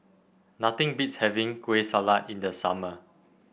nothing beats having Kueh Salat in the summer